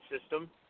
system